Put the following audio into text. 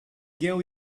gave